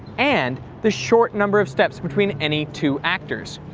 and the short number of steps between any two actors?